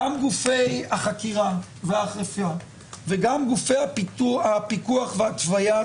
גם גופי החקירה והאכיפה וגם גופי הפיקוח והתווית